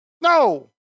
No